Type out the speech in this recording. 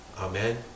Amen